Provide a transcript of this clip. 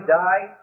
die